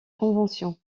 convention